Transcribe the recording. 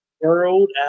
world